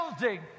building